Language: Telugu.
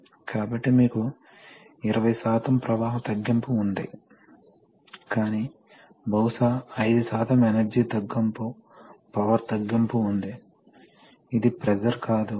కాబట్టి కంప్రెషర్లు వివిధ పరిమాణాలు లేదా సామర్థ్యాలు కలిగి ఉంటాయి మరియు 150 PSI వరకు లో ప్రెషర్ 150 1000 మీడియం మరియు 1000 కంటే ఎక్కువ PSI ఉండేవి హై ప్రెషర్ అవుతుంది